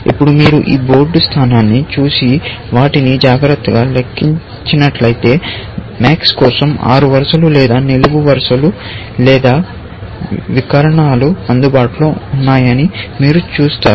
ఇప్పుడు మీరు ఈ బోర్డు స్థానాన్ని చూసి వాటిని జాగ్రత్తగా లెక్కించినట్లయితే MAX కోసం ఆరు వరుసలు లేదా నిలువు వరుసలు లేదా వికర్ణాలు అందుబాటులో ఉన్నాయని మీరు చూస్తారు